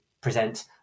present